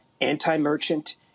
anti-merchant